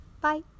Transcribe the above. Bye